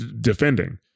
defending